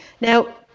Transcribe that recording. Now